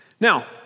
Now